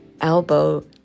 Elbow